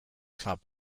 club